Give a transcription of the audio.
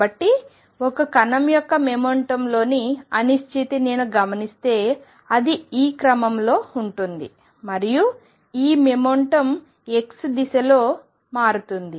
కాబట్టి ఒక కణం యొక్క మొమెంటంలోని అనిశ్చితి నేను గమనిస్తే అది ఈ క్రమంలో ఉంటుంది మరియు ఈ మొమెంటం x దిశలో మారుతుంది